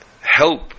help